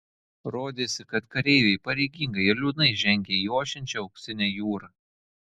rodėsi kad kareiviai pareigingai ir liūdnai žengia į ošiančią auksinę jūrą